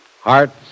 hearts